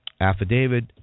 Affidavit